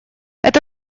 это